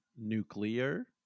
Nuclear